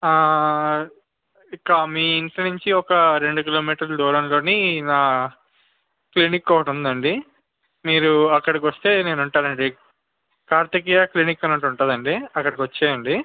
ఇంకా మీ ఇంటి నుంచి ఒక రెండు కిలోమీటర్ల దూరంలోని మా క్లినిక్ ఒకటి ఉంది అండి మీరు అక్కడికి వస్తే నేను ఉంటాను అండి కార్తికేయ క్లినిక్ అని ఒకటి ఉంటుంది అండి అక్కడికి వచ్చేయండి